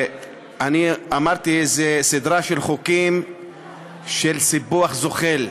אני אמרתי: זו סדרה של חוקים של סיפוח זוחל.